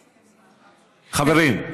חברים.